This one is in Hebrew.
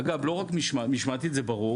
אגב, לא רק משמעת, משמעתית זה ברור